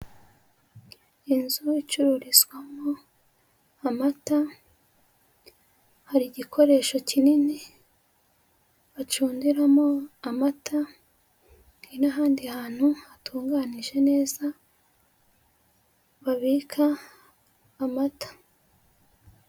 Inzu icururizwamo amata, hari igikoresho kinini bacundiramo amata, hari n'ahandi hantu hatunganije neza babika amata.